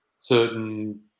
certain